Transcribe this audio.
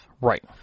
Right